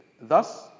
thus